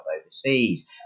overseas